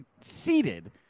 seated